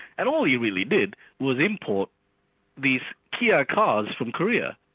and all he really did was import these kia cars from korea,